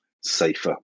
safer